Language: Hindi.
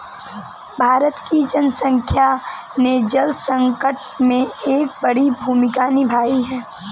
भारत की जनसंख्या ने जल संकट में एक बड़ी भूमिका निभाई है